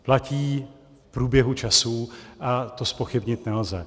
Platí v průběhu časů a to zpochybnit nelze.